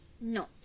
No